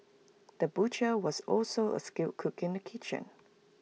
the butcher was also A skilled cook in the kitchen